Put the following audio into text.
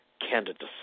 candidacy